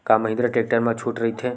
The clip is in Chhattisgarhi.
का महिंद्रा टेक्टर मा छुट राइथे?